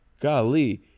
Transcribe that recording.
Golly